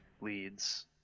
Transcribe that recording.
leads